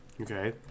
Okay